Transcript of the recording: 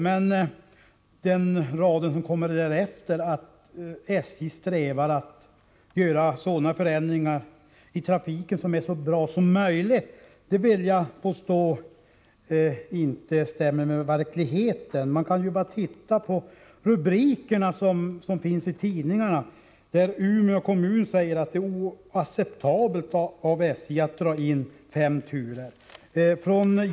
Men på följande rad i svaret står det att SJ strävar efter att göra så bra förändringar i trafiken som möjligt. Jag vill dock påstå att det inte överensstämmer med verkligheten. Det är ju bara att läsa tidningsrubrikerna. Därav framgår t.ex. följande. Från Umeå kommuns sida säger man att det är oacceptabelt att SJ drar in fem turer.